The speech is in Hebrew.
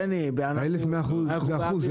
1,100 זה אחוז,